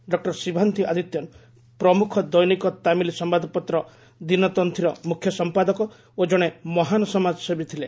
doctor Sivanthi Adityan ପ୍ରମୁଖ ଦୈନିକ ତାମିଲ ସମ୍ଭାଦପତ୍ର 'ଦିନଥନ୍ତ୍ରୀ'ର ମୁଖ୍ୟ ସମ୍ପାଦକ ଓ ଜଣେ ମହାନ୍ ସମାଜସେବୀ ଥିଲେ